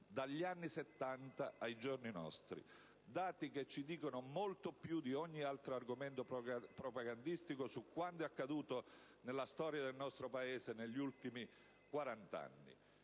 dagli anni '70 ai giorni nostri: dati che ci dicono molto di più di ogni altro argomento propagandistico su quanto è accaduto nella storia del nostro Paese negli ultimi 40 anni.